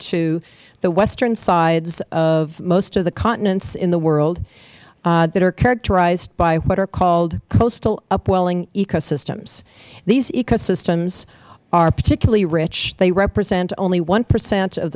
to the western sides of most of the continents in the world that are characterized by what are called coastal upwelling ecosystems these ecosystems are particularly rich they represent only one percent of